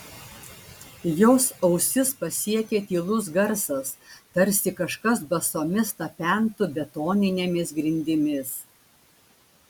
jos ausis pasiekė tylus garsas tarsi kažkas basomis tapentų betoninėmis grindimis